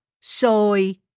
soy